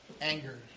anger